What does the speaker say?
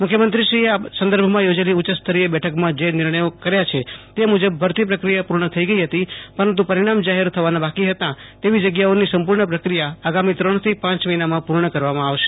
મુખ્યમંત્રીશ્રીએ આ સંદર્ભમાં યોજેલી ઉચ્યસ્તરીય બેઠકમાં જે નિર્ણયો કર્યા છે તે મુજબ ભરતી પ્રક્રિયા પૂર્ણ થઇ ગઇ હતી પરંતુ પરિણામ જાહેર થવાના બાકી હતા તેવી જગ્યાઓની સંપૂર્ણ પ્રક્રિયા આગામી ત્રણથી પાંચ મહિનામાં પૂર્ણ કરવામાં આવશે